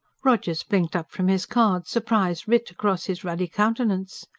rogers blinked up from his cards, surprise writ across his ruddy countenance.